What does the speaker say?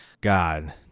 God